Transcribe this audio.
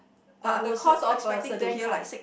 the the cost of a Sedan car